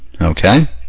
Okay